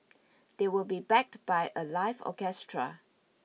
they will be backed by a live orchestra